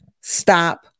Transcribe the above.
stop